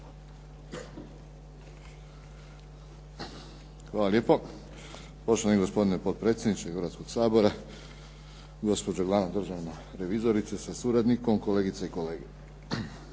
Hvala lijepo poštovani gospodine potpredsjedniče Hrvatskog sabora, gospođo glavna državna revizorice sa suradnikom, kolegice i kolege.